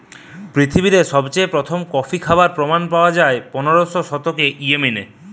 পৃথিবীরে সবচেয়ে প্রথম কফি খাবার প্রমাণ পায়া যায় পনেরোর শতকে ইয়েমেনে